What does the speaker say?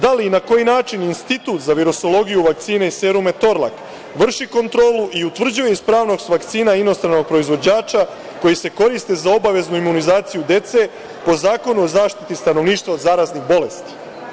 Da li i na koji način Institut za virusologiju, vakcine i serume „Torlak“ vrši kontrolu i utvrđuje ispravnost vakcina inostranog proizvođača, koji se koriste za obaveznu imunizaciju dece, po Zakonu o zaštiti stanovništva od zaraznih bolesti?